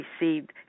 received